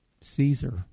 Caesar